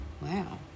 wow